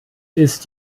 ist